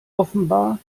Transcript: offenbar